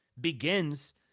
begins